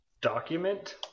document